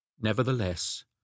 Nevertheless